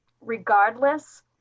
regardless